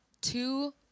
two